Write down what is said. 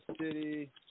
City